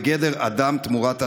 בגדר אדם תמורת אדמה?